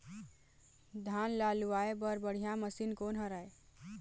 धान ला लुआय बर बढ़िया मशीन कोन हर आइ?